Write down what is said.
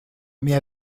mais